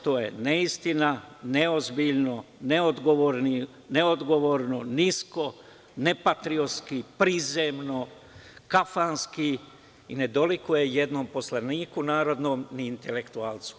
To je neistina, neozbiljno, neodgovorno, nisko, nepatriotski, prizemno, kafanski i ne dolikuje jednom poslaniku narodnom, ni intelektualcu.